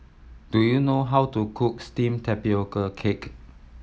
do you know how to cook steamed tapioca cake